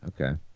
Okay